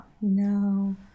no